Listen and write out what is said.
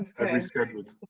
i rescheduled.